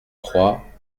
trois